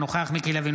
אינו נוכח מיקי לוי,